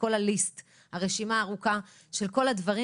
כל הרשימה רשימה ארוכה של כל הדברים,